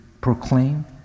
proclaim